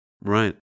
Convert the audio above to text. Right